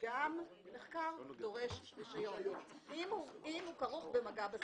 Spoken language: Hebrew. גם מחקר דורש רישיון אם הוא כרוך במגע עם סם.